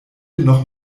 noch